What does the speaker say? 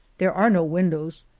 there are no windows,